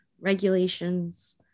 regulations